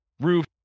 roof